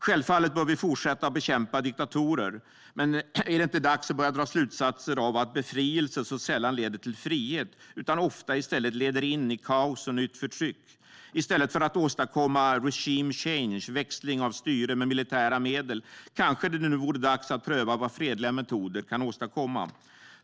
Självfallet bör vi fortsätta att bekämpa diktatorer, men är det inte dags att börja dra slutsatser av att befrielse så sällan leder till frihet utan ofta i stället leder in i kaos och nytt förtryck? I stället för att åstadkomma regime change, växling av styre, med militära medel kanske det nu vore dags att pröva vad fredliga metoder kan åstadkomma.